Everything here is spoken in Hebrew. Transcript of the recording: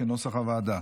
כנוסח הוועדה.